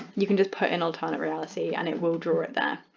you can just put in alternate reality and it will draw it there.